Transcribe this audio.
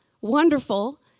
Wonderful